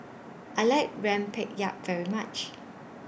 I like Rempeyek very much